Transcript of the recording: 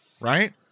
right